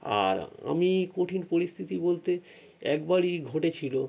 আর আমি কঠিন পরিস্থিতি বলতে একবারই ঘটেছিলো